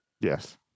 Yes